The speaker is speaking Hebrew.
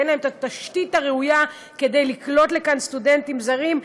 ואין להן תשתית ראויה כדי לקלוט כאן סטודנטים זרים,